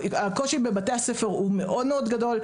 הקושי בבתי הספר הוא מאוד מאוד גדול.